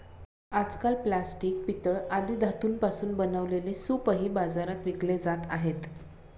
आजकाल प्लास्टिक, पितळ आदी धातूंपासून बनवलेले सूपही बाजारात विकले जात आहेत